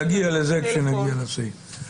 נגיע לזה כשנגיע לסעיף.